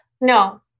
No